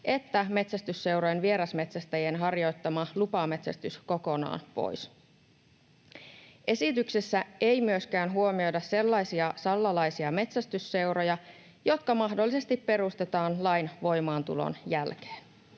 että metsästysseurojen vierasmetsästäjien harjoittama lupametsästys kokonaan pois. Esityksessä ei myöskään huomioida sellaisia sallalaisia metsästysseuroja, jotka mahdollisesti perustetaan lain voimaantulon jälkeen.